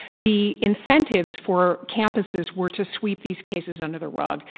the incentives for campuses were to sweep these cases under the rug.